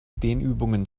dehnübungen